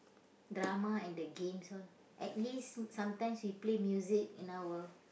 drama and the games all at least sometimes we play music in our